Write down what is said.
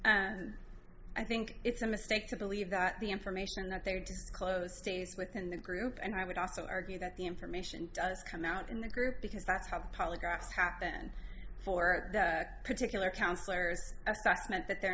and i think it's a mistake to believe that the information that they disclose stays within the group and i would also argue that the information does come out in the group because that's how the polygraph happened for that particular counsellors assessment that they're